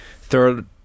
third